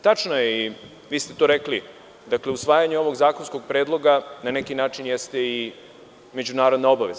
Tačno je, vi ste to rekli, usvajanje ovog zakonskog predloga na neki način jeste i međunarodna obaveza.